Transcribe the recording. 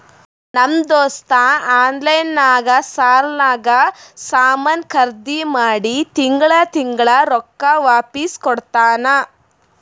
ನಮ್ ದೋಸ್ತ ಆನ್ಲೈನ್ ನಾಗ್ ಸಾಲಾನಾಗ್ ಸಾಮಾನ್ ಖರ್ದಿ ಮಾಡಿ ತಿಂಗಳಾ ತಿಂಗಳಾ ರೊಕ್ಕಾ ವಾಪಿಸ್ ಕೊಡ್ತಾನ್